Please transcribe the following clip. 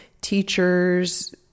teachers